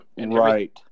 right